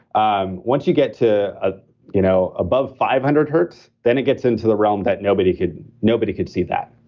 um once you get to, ah you know above five hundred hertz, then it gets into the realm that nobody could nobody could see that.